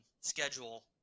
schedule